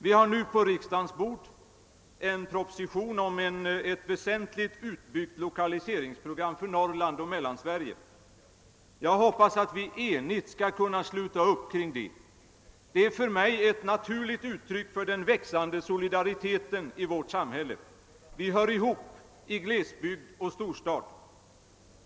Vi har nu på riksdagens bord en proposition om ett väsentligt utbyggt lokaliseringsprogram för Norrland och Mellansverige. Jag hoppas att vi enigt skall kunna sluta upp kring detta. Det är för mig ett naturligt uttryck för den växande solidariteten i ett samhälle. Vi hör ihop i glesbygd och storstad.